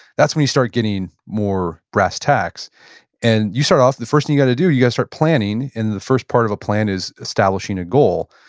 that's when you start getting more brass tacks and you start off, the first thing you got to do, you got to start planning. and the first part of a plan is establishing a goal.